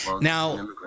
Now